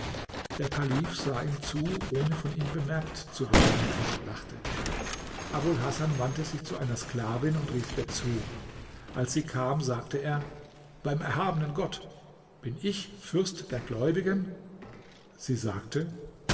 der kalif sah ihm zu ohne von ihm bemerkt zu werden und lachte abul hasan wandte sich zu einer sklavin und rief ihr zu als sie kam sagte er beim erhabenen gott bin ich fürst der gläubigen sie sagte